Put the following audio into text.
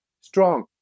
strong